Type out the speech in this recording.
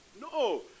no